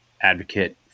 advocate